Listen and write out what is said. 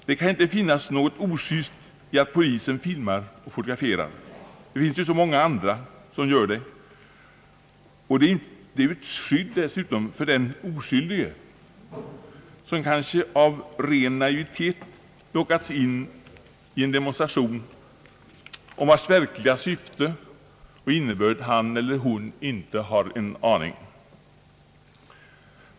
Det kan inte finnas något ojust i att polisen filmar och fotograferar — det finns ju så många andra som gör detta — och det ger dessutom ett skydd för den oskyldige, som kanske av ren naivitet lockats in i en demonstration om vars verkliga syfte och innebörd han eller hon inte har en aning.